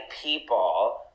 people